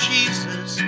Jesus